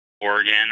Oregon